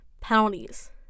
penalties